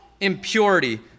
impurity